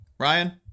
Ryan